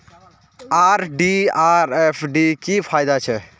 RD आर FD की फ़ायदा छे?